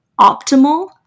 optimal